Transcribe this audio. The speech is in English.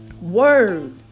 word